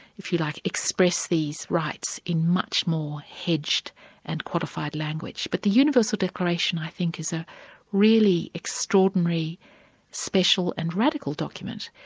if you like, express these rights in much more hedged and qualified language. but the universal declaration i think is a really extraordinary special and radical document,